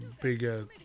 bigger